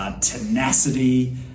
tenacity